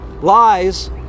Lies